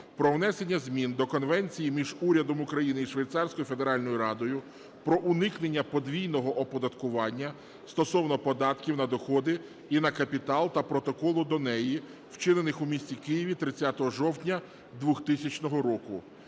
про внесення змін до Конвенції між Урядом України і Швейцарською Федеральною Радою про уникнення подвійного оподаткування стосовно податків на доходи і на капітал та Протоколу до неї, вчинених у місті Києві 30 жовтня 2000 року.